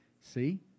see